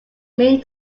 main